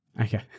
Okay